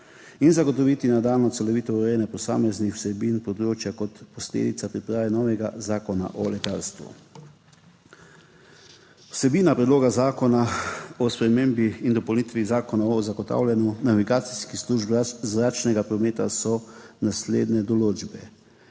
ter zagotoviti nadaljnjo celovito urejanje posameznih vsebin področja kot posledica priprave novega zakona o letalstvu. Vsebina Predloga zakona o spremembah in dopolnitvah Zakona o zagotavljanju navigacijskih služb zračnega prometa so naslednje določbe.